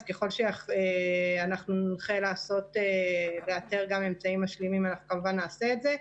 אז ככל שאנחנו נונחה לאתר אמצעים משלימים אנחנו כמובן נעשה את זה.